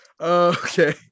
Okay